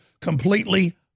completely